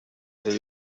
there